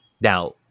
Now